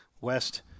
West